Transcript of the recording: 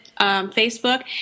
Facebook